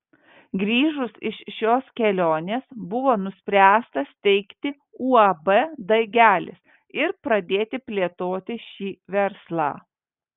grįžus iš šios kelionės buvo nuspręsta steigti uab daigelis ir pradėti plėtoti šį verslą